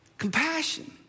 Compassion